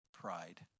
Pride